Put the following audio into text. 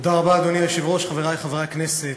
אדוני היושב-ראש, תודה רבה, חברי חברי הכנסת,